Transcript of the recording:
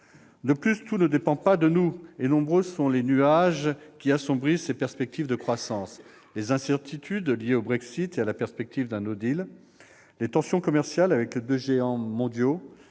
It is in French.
De plus, tout ne dépend pas de nous et nombreux sont les nuages qui assombrissent ces perspectives de croissance : incertitudes liées au Brexit et à la possibilité d'un ; tensions commerciales avec les deux géants mondiaux